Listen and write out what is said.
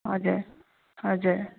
हजुर हजुर